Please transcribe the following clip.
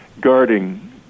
guarding